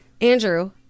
Andrew